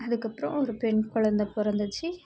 அதுக்கப்புறோம் ஒரு பெண் குழந்த பிறந்துச்சி